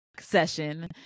session